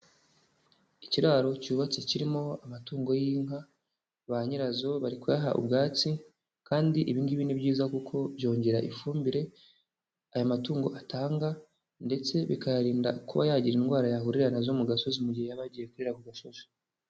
Ikiraro cyubatse kirimo amatungo y'inka, ba nyirazo bari kuyaha ubwatsi kandi ibi ngibi ni byiza kuko byongera ifumbire aya matungo atanga ndetse bikayarinda kuba yagira indwara yahurira na zo mu gasozi mu gihe yaba agiye kurira ku gasozi.